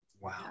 Wow